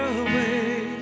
away